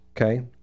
Okay